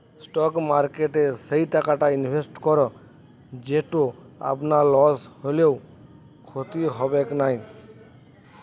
stock মার্কেটে সেই টাকাটা ইনভেস্ট করো যেটো আপনার লস হলেও ক্ষতি হবেক নাই